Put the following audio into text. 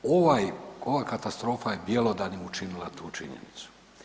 Ovaj, ova katastrofa je bjelodanim učinila tu činjenicu.